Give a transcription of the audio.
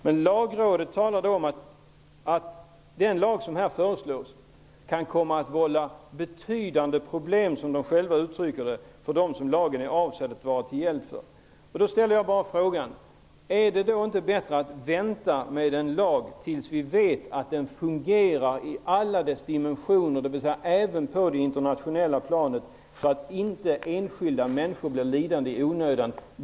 Men som Lagrådet självt uttryckte det kan den lag som här föreslås komma att vålla betydande problem för dem som lagen är avsedd att vara till hjälp för. Därför ställer jag frågan: Är det inte bättre att vänta med att införa lagen tills vi vet att den fungerar i alla dess dimensioner, dvs. även på det internationella planet, så att inte enskilda människor blir lidande i onödan.